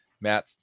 Matt